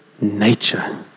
nature